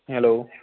hello